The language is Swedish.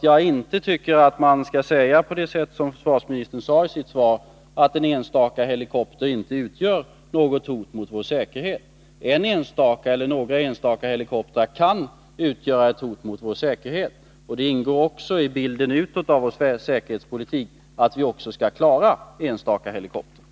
Jag tycker inte att man skall säga, på det sätt som försvarsministern gjorde i sitt svar, att en enstaka helikopter inte utgör något hot mot vår säkerhet. En enstaka eller några enstaka helikoptrar kan utgöra ett hot mot vår säkerhet. Det ingår i bilden utåt av vår säkerhetspolitik att vi också skall klara enstaka helikoptrar.